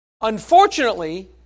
Unfortunately